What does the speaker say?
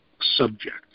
subject